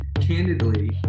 candidly